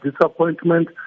disappointment